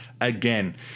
again